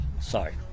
sorry